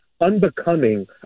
unbecoming